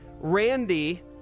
Randy